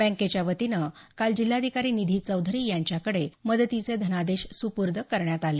बँकेच्या वतीनं काल जिल्हाधिकारी निधी चौधरी यांच्याकडे मदतीचे धनादेश सुपूर्द करण्यात आले